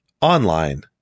online